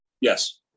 Yes